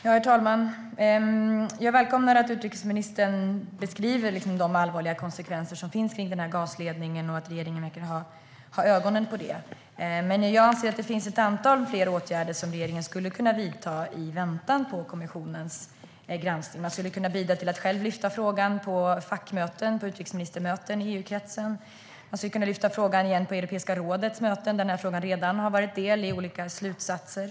Herr talman! Jag välkomnar att utrikesministern beskriver de allvarliga konsekvenserna av den här gasledningen och att regeringen verkar ha ögonen på det. Jag anser dock att det finns flera åtgärder som regeringen skulle kunna vidta i väntan på kommissionens granskning. Man skulle kunna bidra genom att själv lyfta upp frågan på utrikesministermöten i EU-kretsen. Man skulle kunna lyfta upp frågan igen på Europeiska rådets möten där den redan har varit del av olika slutsatser.